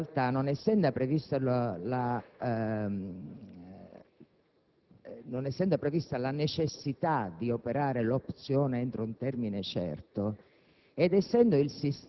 Lo è perché, non essendo prevista la necessità di operare l'opzione entro un termine certo,